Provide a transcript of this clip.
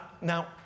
Now